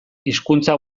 hizkuntza